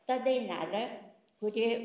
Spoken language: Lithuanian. tą dainelę kuri